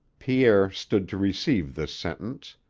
pierre stood to receive this sentence,